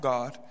God